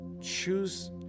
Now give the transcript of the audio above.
Choose